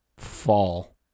Fall